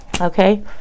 Okay